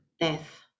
death